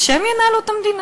ושהם ינהלו את המדינה.